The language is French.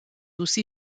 aussi